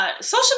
Social